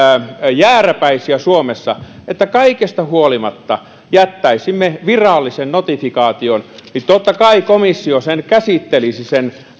jääräpäisiä suomessa että kaikesta huolimatta jättäisimme virallisen notifikaation niin totta kai komissio käsittelisi sen